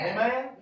Amen